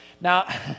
Now